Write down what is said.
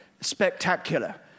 spectacular